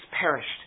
perished